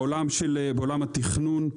בעולם התכנון,